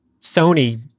Sony